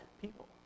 people